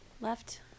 left